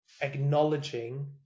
acknowledging